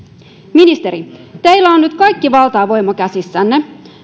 ministeri teillä on nyt kaikki valta ja voima käsissänne